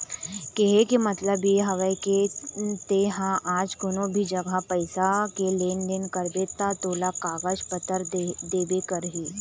केहे के मतलब ये हवय के ते हा आज कोनो भी जघा पइसा के लेन देन करबे ता तोला कागज पतर देबे करही